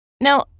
Now